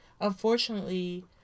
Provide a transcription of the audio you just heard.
unfortunately